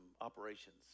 operations